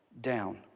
down